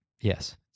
Yes